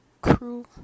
crew